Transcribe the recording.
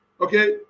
okay